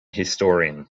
historian